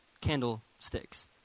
candlesticks